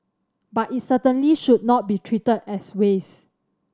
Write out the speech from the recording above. but it certainly should not be treated as waste